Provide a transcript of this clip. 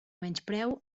menyspreu